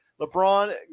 LeBron